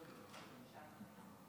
אדוני היושב-ראש, לפני שעה קלה,